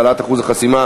העלאת אחוז החסימה),